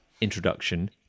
introduction